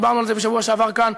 דיברנו על זה בשבוע שעבר כאן,